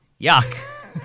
Yuck